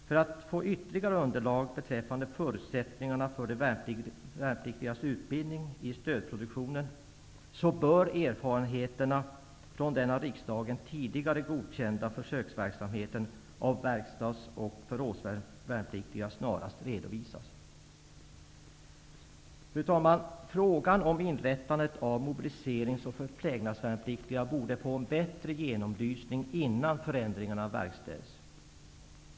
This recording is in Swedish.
För att få ytterligare underlag beträffande förutsättningarna för de värnpliktigas utbildning i stödproduktionen, bör erfarenheterna av den av riksdagen tidigare godkända försöksverksamheten av verkstads och förrådsvärnpliktiga snarast redovisas. Fru talman! Frågan om inrättandet av mobiliserings och förplägnadsvärnpliktiga borde få en bättre genomlysning innan förändringarna verkställs.